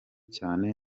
cyane